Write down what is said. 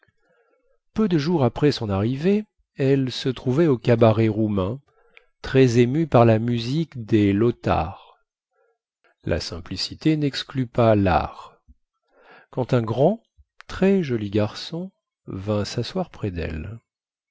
peu de jours après son arrivée elle se trouvait au cabaret roumain très émue par la musique des lautars la simplicité nexclut pas lart quand un grand très joli garçon vint sasseoir près delle